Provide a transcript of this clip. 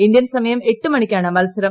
Indian സമയംഎട്ട് മണിക്കാണ് മത്സരം